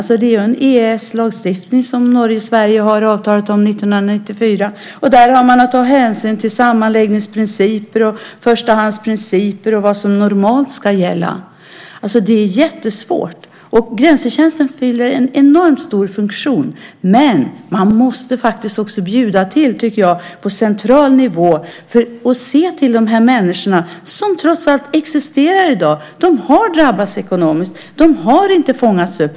En EES-lagstiftning har Norge och Sverige avtalat om - 1994. Där har man att ta hänsyn till sammanläggningsprinciper och förstahandsprinciper och till vad som normalt ska gälla. Det är jättesvårt. Grensetjänsten fyller en enormt stor funktion. Men man måste också, tycker jag, bjuda till på central nivå och se till de människor som trots allt existerar i dag. De har drabbats ekonomiskt. De har inte fångats upp.